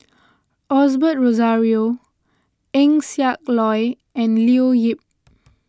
Osbert Rozario Eng Siak Loy and Leo Yip